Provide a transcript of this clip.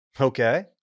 Okay